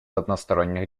односторонних